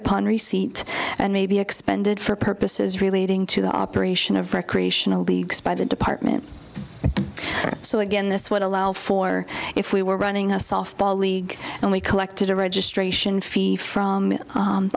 upon receipt and may be expended for purposes relating to the operation of recreational leagues by the department so again this would allow for if we were running a softball league and we collected a registration fee from